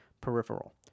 peripheral